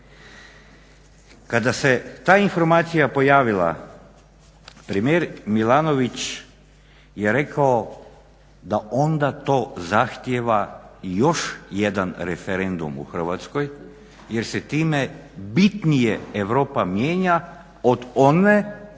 Kada se ta informacija pojavila premijer Milanović je rekao da onda to zahtjeva još jedan referendum u Hrvatskoj jer se time bitnije Europa mijenja od one kakva